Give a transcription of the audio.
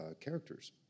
characters